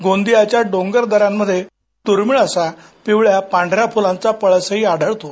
गोंदियाच्या डोंगर दन्यांमध्ये दुर्मिळ असा पिवळ्या पांढऱ्या फुलांचा पळस आढळतो